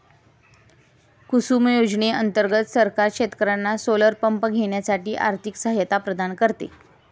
कुसुम योजने अंतर्गत सरकार शेतकर्यांना सोलर पंप घेण्यासाठी आर्थिक सहायता प्रदान करते